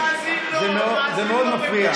זה מאוד מפריע.